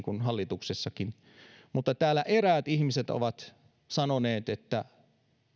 kuin hallituksessakin eräät ihmiset ovat sanoneet että